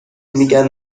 میگن